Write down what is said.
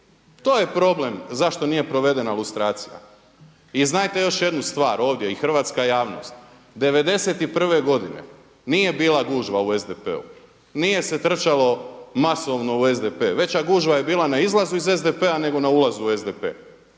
To je problem zašto nije provedena lustracija. I znajte još jednu stvar ovdje, i hrvatska javnost, '91. godine nije bila gužva u SDP-u, nije se trčalo masovno u SDP, veća gužva je bila na izlazu iz SDP-a nego na ulazu u SDP.